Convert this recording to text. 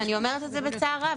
ואני אומרת את זה בצער רב,